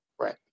Right